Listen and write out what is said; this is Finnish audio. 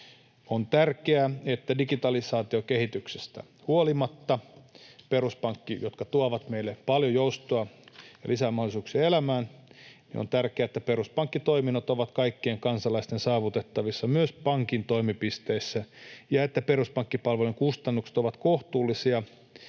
selvityksestä. Digitalisaatiokehityksestä huolimatta on tärkeää, että peruspankkitoiminnot, jotka tuovat meille paljon joustoa ja lisämahdollisuuksia elämään, ovat kaikkien kansalaisten saavutettavissa myös pankin toimipisteissä ja että peruspankkipalvelun kustannukset ovat kohtuullisia